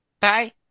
bye